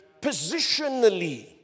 positionally